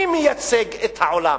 אני מייצג את העולם,